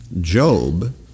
Job